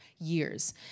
Years